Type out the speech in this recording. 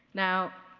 now,